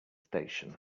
station